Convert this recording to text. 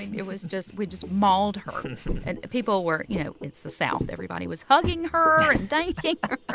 it was just we just mauled her and people were you know, it's the south. everybody was hugging her. and thanking her